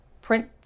print